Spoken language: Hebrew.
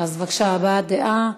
אז בבקשה, הבעת דעה.